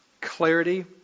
clarity